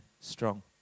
strong